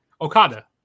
Okada